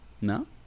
No